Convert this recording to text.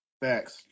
Facts